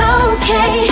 okay